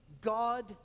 God